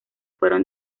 fueron